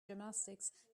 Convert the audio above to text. gymnastics